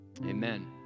Amen